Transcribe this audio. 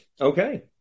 Okay